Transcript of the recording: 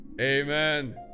amen